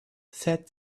said